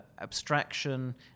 abstraction